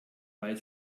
weil